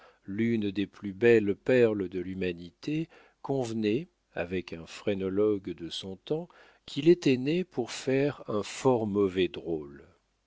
l'une des plus belles perles de l'humanité convenait avec un phrénologue de son temps qu'il était né pour faire un fort mauvais drôle